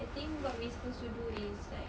I think what we supposed to do is like